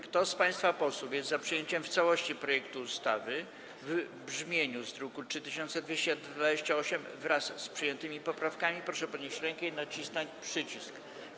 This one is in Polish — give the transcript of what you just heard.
Kto z państwa posłów jest za przyjęciem w całości projektu ustawy w brzmieniu z druku nr 3228, wraz z przyjętymi poprawkami, proszę podnieść rękę i nacisnąć przycisk.